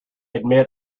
admit